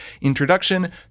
introduction